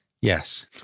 yes